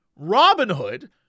Robinhood